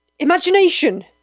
imagination